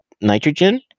nitrogen